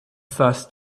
first